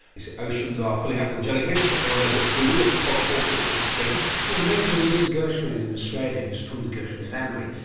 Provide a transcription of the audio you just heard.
oceans are filling up with jellyfish that no one knows what to do with, that clog up all sorts of things. the amazing, lisa gershwin in australia who is from the gershwin family,